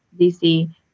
DC